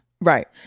right